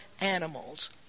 animals